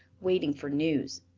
waiting for news.